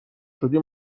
شدی